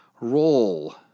roll